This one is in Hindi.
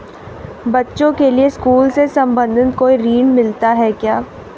बच्चों के लिए स्कूल से संबंधित कोई ऋण मिलता है क्या?